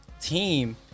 team